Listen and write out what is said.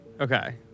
Okay